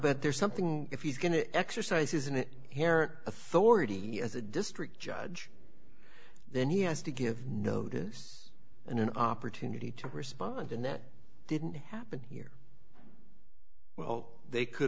but there's something if he's going to exercise isn't it authority as a district judge then he has to give notice and an opportunity to respond and that didn't happen here well they could